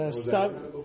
Stop